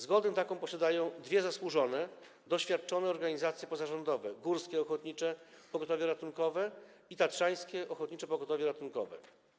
Zgodę taką posiadają dwie zasłużone, doświadczone organizacje pozarządowe: Górskie Ochotnicze Pogotowie Ratunkowe i Tatrzańskie Ochotnicze Pogotowie Ratunkowe.